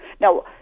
Now